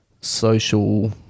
Social